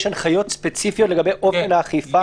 יש הנחיות ספציפיות לגבי אופן האכיפה?